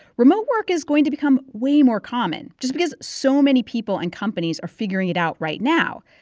remote work is going to become way more common just because so many people and companies are figuring it out right now.